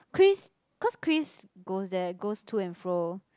Chris cause Chris goes there goes to and fro